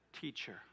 Teacher